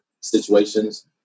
situations